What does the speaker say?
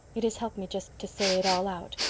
it has helped me just to say it all out.